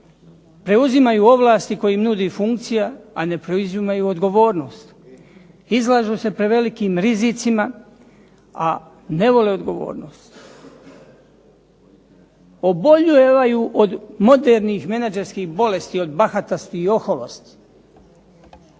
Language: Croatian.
Preuzimaju ovlasti koje im nudi funkcija, a ne preuzimaju odgovornost. Izlažu se prevelikim rizicima, a ne vole odgovornost. Obolijevaju od modernih menadžerskih bolesti, od bahatosti i oholosti,